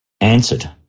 answered